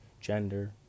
gender